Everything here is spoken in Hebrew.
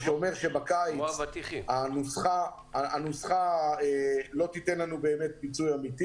מה שאומר שבקיץ הנוסחה לא תיתן לנו החזר ראוי,